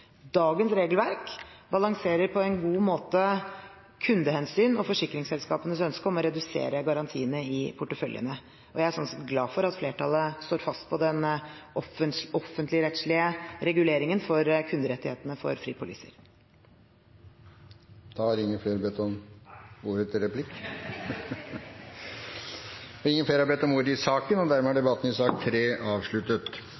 Dagens regelverk balanserer på en god måte kundehensyn og forsikringsselskapenes ønske om å redusere garantiene i porteføljene, og jeg er sånn sett glad for at flertallet står fast på den offentligrettslige reguleringen for kunderettighetene for fripoliser. Replikkordskiftet er omme. Flere har ikke bedt om ordet til sakene nr. 2 og 3. Ingen har bedt om ordet. Ifølge § 69 i